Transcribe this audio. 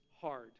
hard